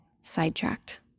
sidetracked